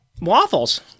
Waffles